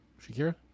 Shakira